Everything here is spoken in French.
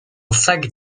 sac